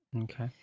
Okay